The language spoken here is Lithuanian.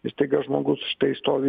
ir staiga žmogus štai stovi